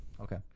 Okay